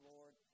Lord